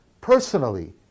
personally